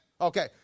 Okay